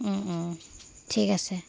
ঠিক আছে